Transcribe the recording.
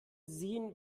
sehen